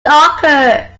darker